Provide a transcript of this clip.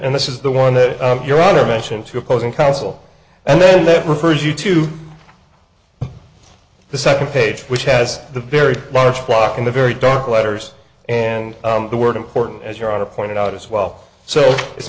and this is the one that your honor mentioned two opposing counsel and then that refers you to the second page which has the very large block in the very dark letters and the word important as your honor pointed out as well so it's